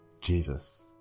jesus